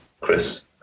Chris